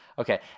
Okay